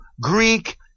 Greek